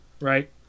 right